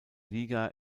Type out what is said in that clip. liga